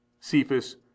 Cephas